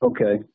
Okay